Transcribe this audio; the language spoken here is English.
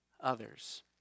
others